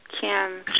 Kim